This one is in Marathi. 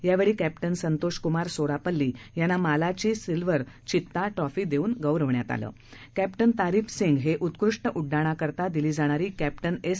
यावेळी कॅप्टन संतोषक्रमार सोरापल्ली यांना मानाची सिल्वर चिता ट्रॉफी देऊन गौरविण्यात आलं कॅप्टन तारीफ सिंग हे उत्कृष्ट उड्डाणाकरता दिली जाणारी कॅप्टन एस